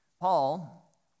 Paul